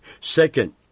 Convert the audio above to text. Second